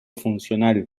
funcional